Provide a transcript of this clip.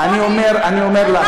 אני אומר לך,